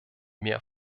mehr